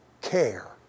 care